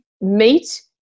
meet